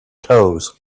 toes